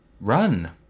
run